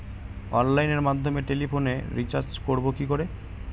অনলাইনের মাধ্যমে টেলিফোনে রিচার্জ করব কি করে?